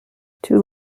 two